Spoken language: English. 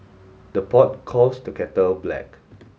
the pot calls the kettle black